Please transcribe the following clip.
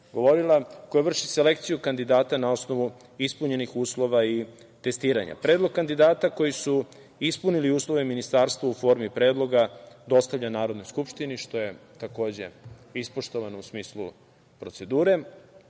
koja vrši selekciju kandidata na osnovu ispunjenih uslova i testiranja. Predlog kandidata koji su ispunili uslove ministarstva u formi predloga dostavlja Narodnoj skupštini, što je takođe ispoštovano u smislu procedure. Dakle,